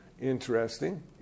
interesting